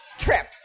trip